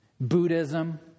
Buddhism